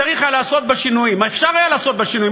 יילמד בבתי-ספר לאקרובטיקה.